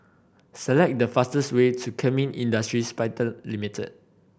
select the fastest way to Kemin Industries Pte Limited